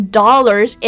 dollars